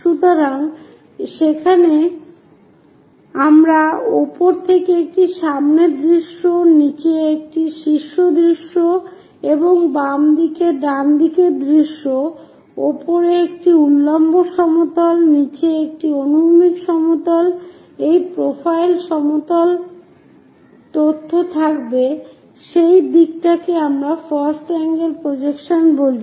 সুতরাং সেখানে আমরা উপরে একটি সামনের দৃশ্য নীচে একটি শীর্ষ দৃশ্য এবং বাম দিকে ডানদিকের দৃশ্য উপরে একটি উল্লম্ব সমতল নীচে একটি অনুভূমিক সমতল এই প্রোফাইল সমতল তথ্য থাকবে সেই দিকটাকে আমরা ফার্স্ট এঙ্গেল প্রজেকশন বলি